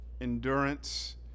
endurance